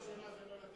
שלא יהיה חושך.